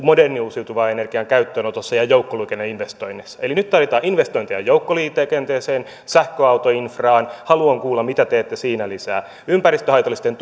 modernin uusiutuvan energian käyttöönotossa ja joukkoliikenneinvestoinneissa eli nyt tarvitaan investointeja joukkoliikenteeseen sähköautoinfraan haluan kuulla mitä teette siinä lisää ympäristölle haitallisten